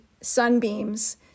sunbeams